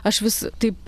aš vis taip